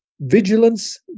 Vigilance